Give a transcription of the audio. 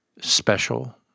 special